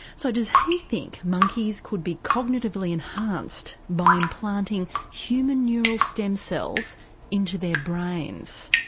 so does he think monkeys could be cognitively enhanced by implanting human neural stem cells into their brains?